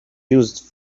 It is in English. used